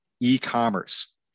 e-commerce